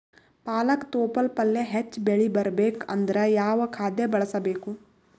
ಪಾಲಕ ತೊಪಲ ಪಲ್ಯ ಹೆಚ್ಚ ಬೆಳಿ ಬರಬೇಕು ಅಂದರ ಯಾವ ಖಾದ್ಯ ಬಳಸಬೇಕು?